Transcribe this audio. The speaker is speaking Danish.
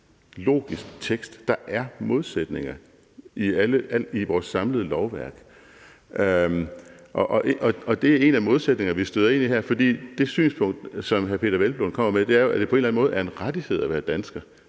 logisk tekst. Der er modsætninger i vores samlede lovværk. Og det er en af de modsætninger, vi støder ind i her, for det synspunkt, som hr. Peder Hvelplund kommer med, er jo, at det på en eller anden måde er en rettighed at være dansker.